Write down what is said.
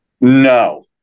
no